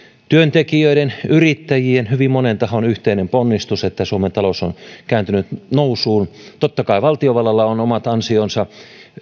työntekijöiden yrittäjien hyvin monen tahon yhteinen ponnistus että suomen talous on kääntynyt nousuun totta kai valtiovallalla on omat ansionsa